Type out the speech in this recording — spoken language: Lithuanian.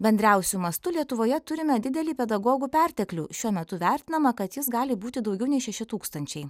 bendriausiu mastu lietuvoje turime didelį pedagogų perteklių šiuo metu vertinama kad jis gali būti daugiau nei šeši tūkstančiai